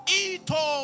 ito